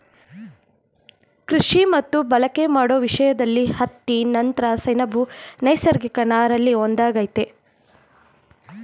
ಕೃಷಿ ಮತ್ತು ಬಳಕೆ ಮಾಡೋ ವಿಷಯ್ದಲ್ಲಿ ಹತ್ತಿ ನಂತ್ರ ಸೆಣಬು ನೈಸರ್ಗಿಕ ನಾರಲ್ಲಿ ಒಂದಾಗಯ್ತೆ